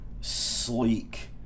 sleek